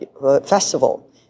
festival